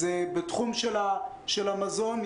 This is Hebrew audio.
בתחום המזון,